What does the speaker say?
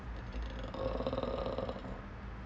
uh